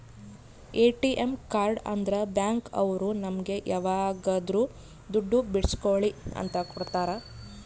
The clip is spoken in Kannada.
ಎ.ಟಿ.ಎಂ ಕಾರ್ಡ್ ಅಂದ್ರ ಬ್ಯಾಂಕ್ ಅವ್ರು ನಮ್ಗೆ ಯಾವಾಗದ್ರು ದುಡ್ಡು ಬಿಡ್ಸ್ಕೊಳಿ ಅಂತ ಕೊಡ್ತಾರ